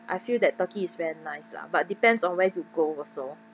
I feel that turkey is very nice lah but depends on where you go also